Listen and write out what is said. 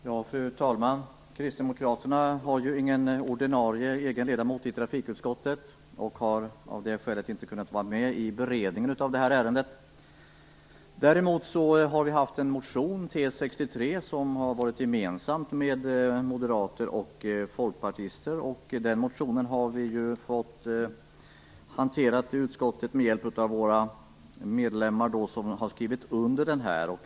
Fru talman! Kristdemokraterna har ju ingen ordinarie ledamot i trafikutskottet och har av det skälet inte kunnat vara med i beredningen av det här ärendet. Däremot har vi gemensamt med moderater och folkpartister väckt en motion, T63, som har behandlats i utskottet, bl.a. av ledamöter som står som undertecknare av den.